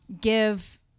give